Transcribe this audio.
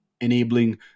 enabling